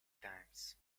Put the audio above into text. times